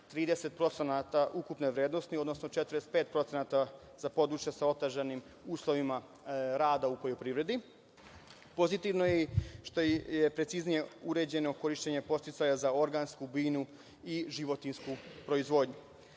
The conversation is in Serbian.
30% ukupne vrednosti, odnosno 45% za područja sa otežanim uslovima rada u poljoprivredi. Pozitivno je i to što je preciznije uređeno korišćenje podsticaja za organsku, biljnu i životinjsku proizvodnju. Drugi